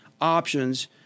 options